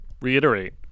reiterate